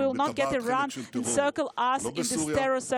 לא ניתן לאיראן להקיף אותנו בטבעת חנק של טרור,